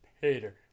Hater